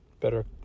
Better